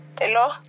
hello